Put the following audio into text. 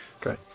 great